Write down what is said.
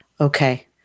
Okay